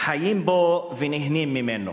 חיים בו ונהנים ממנו.